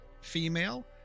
female